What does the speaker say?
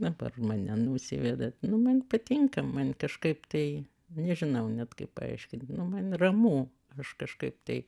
dabar mane nusivedat nu man patinka man kažkaip tai nežinau net kaip paaiškint nu man ramu aš kažkaip tai